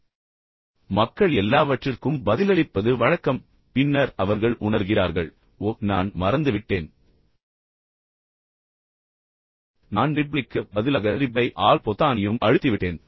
எனவே மக்கள் எல்லாவற்றிற்கும் பதிலளிப்பது வழக்கம் பின்னர் அவர்கள் உணர்கிறார்கள் ஓ நான் மறந்துவிட்டேன் நான் ரிப்ளைக்கு பதிலாக ரிப்ளை ஆல் பொத்தானையும் அழுத்திவிட்டேன்